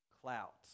clout